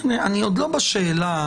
אני עוד לא בשאלה